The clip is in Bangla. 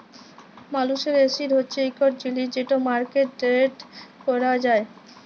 মালুসের এসেট হছে ইকট জিলিস যেট মার্কেটে টেরেড ক্যরা যায়